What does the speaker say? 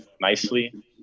nicely